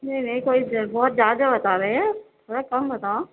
جی نہیں کوئی بہت زیادہ بتا رہے ہیں تھوڑا کم بتاؤ